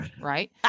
right